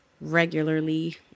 regularly